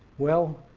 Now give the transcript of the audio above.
well,